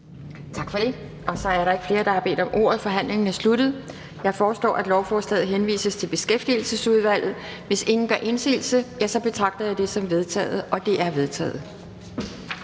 Tak for det. Da der ikke er flere, der har bedt om ordet, er forhandlingen sluttet. Jeg foreslår, at lovforslaget henvises til Beskæftigelsesudvalget. Hvis ingen gør indsigelse, betragter jeg det som vedtaget. Det er vedtaget.